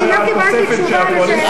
אני לא קיבלתי תשובה על השאלה שלי.